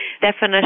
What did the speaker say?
definition